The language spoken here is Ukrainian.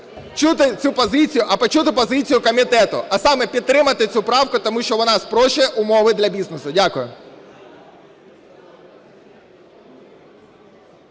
чути цю позицію, а почути позицію комітету, а саме: підтримати цю правку, тому що вона спрощує умови для бізнесу. Дякую.